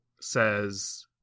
says –